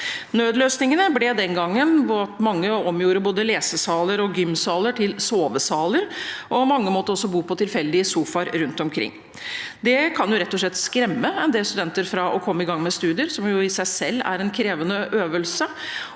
Nødløsningene ble den gangen at mange omgjorde både lesesaler og gymsaler til sovesaler, og mange måtte også bo på tilfeldige sofaer rundt omkring. Det kan rett og slett skremme en del studenter fra å komme i gang med studier, som i seg selv er en krevende øvelse,